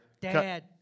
Dad